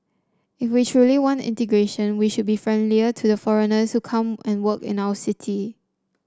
if we truly want integration we should be friendlier to the foreigners who come and work in our city